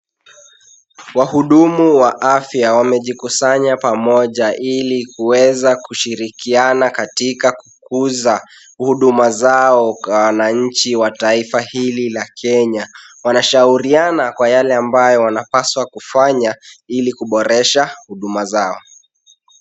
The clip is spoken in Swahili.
Wahudumu wa afya wamejikusanya pamoja ili kuweza kushirikiana katika kukuza huduma zao kwa wananchi wa taifa hili la Kenya. Wanashauriana kwa yale ambayo wanapaswa kufanya ili kuboresha huduma zao.